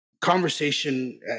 conversation